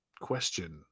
question